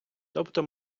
тобто